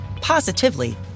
positively